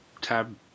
tab